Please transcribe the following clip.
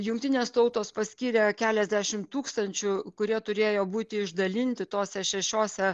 jungtinės tautos paskyrė keliasdešim tūkstančių kurie turėjo būti išdalinti tose šešiose